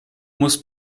muss